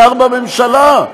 שר בממשלה.